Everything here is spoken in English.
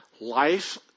Life